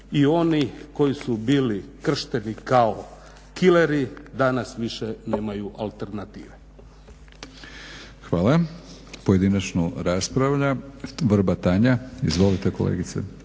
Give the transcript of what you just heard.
i oni koji su bili kršteni kao kileri danas više nemaju alternative. **Batinić, Milorad (HNS)** Hvala. Pojedinačnu raspravlja Vrbat Tanja. Izvolite kolegice.